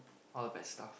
all the bad stuff